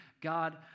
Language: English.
God